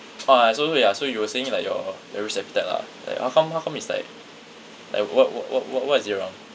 orh so so ya so you were saying like your your risk appetite lah like how come how come is like like what what what what what is it around